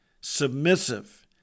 submissive